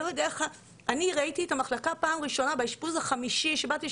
אני ראיתי את המחלקה פעם ראשונה באשפוז החמישי